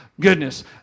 goodness